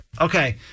Okay